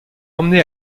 emmenée